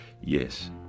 Yes